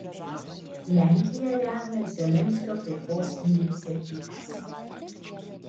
lenkija remia zelenskio taikos iniciatyvas